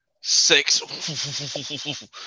six